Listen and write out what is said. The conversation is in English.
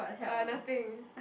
ah nothing